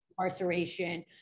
incarceration